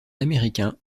américain